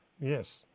Yes